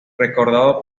recordado